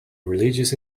religious